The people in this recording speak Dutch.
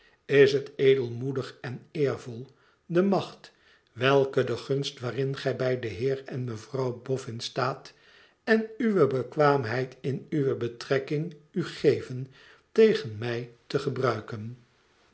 is het edelmoedig en eervol de macht welke de gunst waarin gij bij den heer en mevrouw bofïin staat en uwe bekwaamheid in uwe betrekking u geven tegen mij te gebruiken